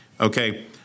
okay